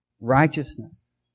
Righteousness